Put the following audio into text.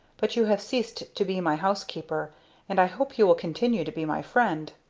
but you have ceased to be my housekeeper and i hope you will continue to be my friend.